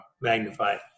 magnified